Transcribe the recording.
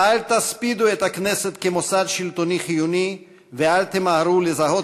אל תספידו את הכנסת כמוסד שלטוני חיוני ואל תמהרו לזהות